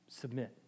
Submit